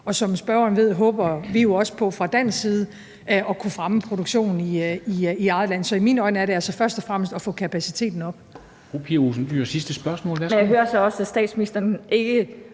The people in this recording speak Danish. Og som spørgeren ved, håber vi jo også på fra dansk side at kunne fremme produktionen i vores eget land. Så i mine øjne handler det altså først og fremmest om at få kapaciteten op.